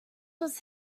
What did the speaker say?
was